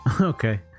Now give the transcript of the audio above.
okay